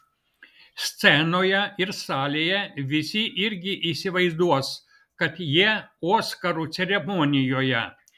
scenoje ir salėje visi irgi įsivaizduos kad jie oskarų ceremonijoje